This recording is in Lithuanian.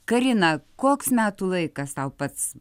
karina koks metų laikas tau pats